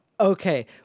Okay